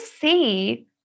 see